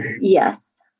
Yes